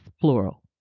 plural